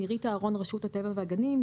נירית אהרון, רשות הטבע והגנים.